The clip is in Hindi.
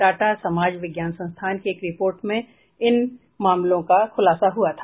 टाटा समाज विज्ञान संस्थान की एक रिपोर्ट में इन मामलों का खुलासा हुआ था